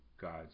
God's